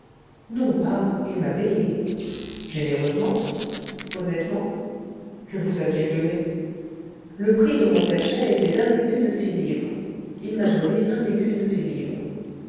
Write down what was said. non pas il m'a payé généreusement honnêtement que vous a-t-il donné le prix de mon cachet était d'un écu de six livres il m'a donné un écu de six livres